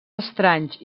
estranys